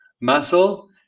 muscle